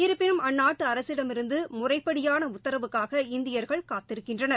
இருப்பினும் அந்நாட்டு அரசிடமிருந்து முறைப்படியான உத்தரவுக்காக இந்தியர்கள் காத்திருக்கின்றனர்